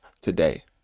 today